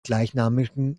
gleichnamigen